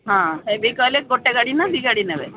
ହଁ ହେବି କହିଲେ ଗୋଟେ ଗାଡ଼ି ନା ଦି ଗାଡ଼ି ନେବେ